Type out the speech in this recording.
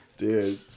Dude